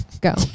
go